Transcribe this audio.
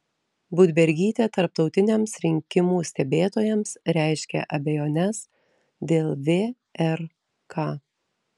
budbergytė tarptautiniams rinkimų stebėtojams reiškia abejones dėl vrk